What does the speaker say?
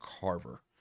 Carver